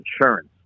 insurance